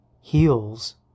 heals